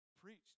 preached